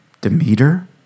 Demeter